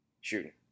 shooting